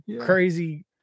crazy